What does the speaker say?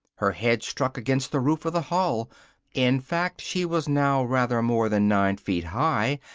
her head struck against the roof of the hall in fact, she was now rather more than nine feet high,